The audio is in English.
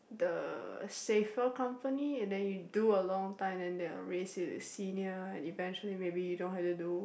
the safer company and then you do a long time then they will raise you to senior and eventually maybe you don't have to do